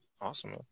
Awesome